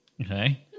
Okay